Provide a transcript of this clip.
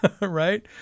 right